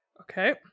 Okay